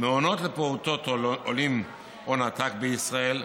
"מעונות לפעוטות עולים הון עתק בישראל,